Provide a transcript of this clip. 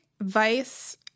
Vice